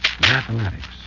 mathematics